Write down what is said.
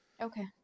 okay